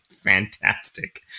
Fantastic